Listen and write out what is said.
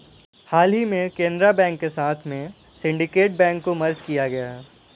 हाल ही में केनरा बैंक के साथ में सिन्डीकेट बैंक को मर्ज किया गया है